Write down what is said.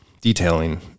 detailing